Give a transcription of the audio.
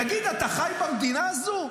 תגיד, אתה חי במדינה הזו?